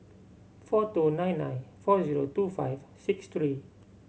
four two nine nine four zero two five six three